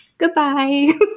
Goodbye